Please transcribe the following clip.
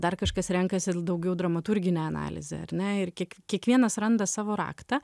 dar kažkas renkasi daugiau dramaturginę analizę ar ne ir kiek kiekvienas randa savo raktą